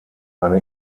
eine